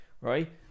right